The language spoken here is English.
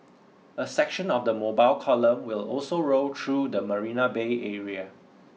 a section of the mobile column will also roll through the Marina Bay area